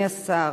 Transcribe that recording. אדוני השר,